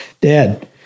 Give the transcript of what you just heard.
dad